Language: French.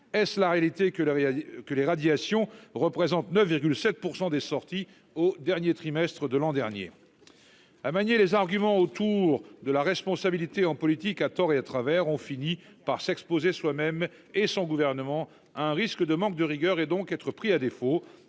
que là il a, que les radiations représente 9,7% des sorties au dernier trimestre de l'an dernier. À manier les arguments autour de la responsabilité en politique à tort et à travers, on finit par s'exposer soi-même et son gouvernement un risque de manque de rigueur et donc être pris à défaut